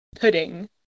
pudding